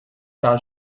par